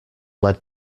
led